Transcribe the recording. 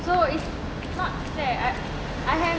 so it's not fair I I have